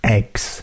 Eggs